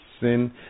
sin